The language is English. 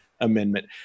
Amendment